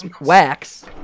wax